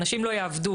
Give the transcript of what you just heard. אנשים לא יעבדו,